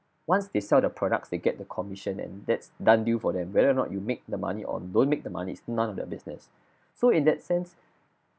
once they sell products they get the commission and that's done deal for them whether or not you make the money or don't make the money is none of their business so in that sense